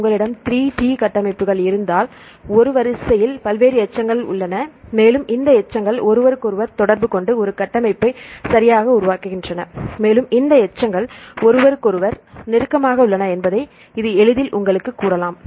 உங்களிடம் 3 டி கட்டமைப்புகள் இருந்தால் ஒரு வரிசையில் பல்வேறு எச்சங்கள் உள்ளன மேலும் இந்த எச்சங்கள் ஒருவருக்கொருவர் தொடர்புகொண்டு ஒரு கட்டமைப்பை சரியாக உருவாக்குகின்றன மேலும் எந்த எச்சங்கள் ஒருவருக்கொருவர் நெருக்கமாக உள்ளன என்பதை இது எளிதில் உங்களுக்குக் கூறலாம்